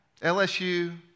LSU